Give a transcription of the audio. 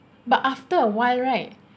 but after awhile right